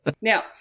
Now